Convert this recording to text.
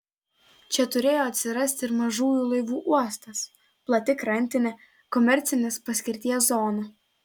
čia turėjo atsirasti ir mažųjų laivų uostas plati krantinė komercinės paskirties zona